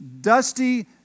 dusty